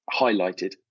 highlighted